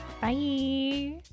Bye